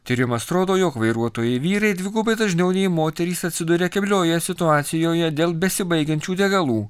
tyrimas rodo jog vairuotojai vyrai dvigubai dažniau nei moterys atsiduria kebliojoje situacijoje dėl besibaigiančių degalų